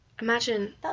imagine